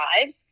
lives